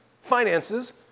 finances